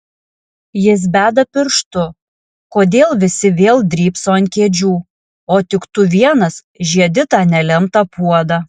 jis beda pirštu kodėl visi vėl drybso ant kėdžių o tik tu vienas žiedi tą nelemtą puodą